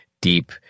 deep